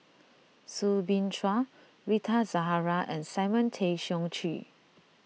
Soo Bin Chua Rita Zahara and Simon Tay Seong Chee